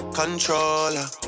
controller